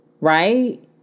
Right